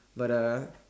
but uh